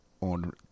on